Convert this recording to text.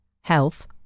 health